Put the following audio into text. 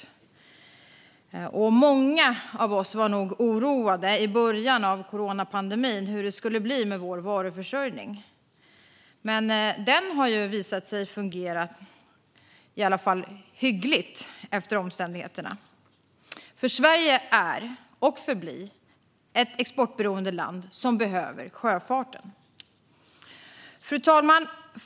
I början av coronapandemin var nog många av oss oroade över hur det skulle bli med vår varuförsörjning, men den har visat sig fungera i alla fall hyggligt efter omständigheterna. Sverige är och förblir ett exportberoende land som behöver sjöfarten. Fru talman!